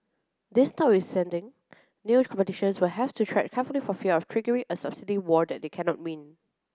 this notwithstanding new competitors will have to tread carefully for fear of triggering a subsidy war that they cannot win